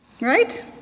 Right